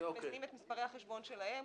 מזינים את מספרי החשבון שלהם.